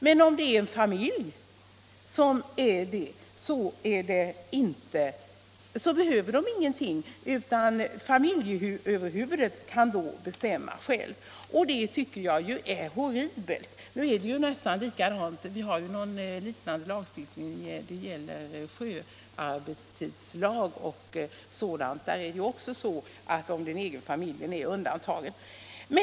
Men om det är en familj som ensam uppträder behövs det ingenting i skyddsväg, utan familjeöverhuvudet kan själv bestämma hur det skall vara. Det tycker jag är horribelt. Vi har ett liknande förhållande när det gäller sjöarbetstidslagen. Där är det också på det sättet att familjen är undantagen.